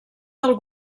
del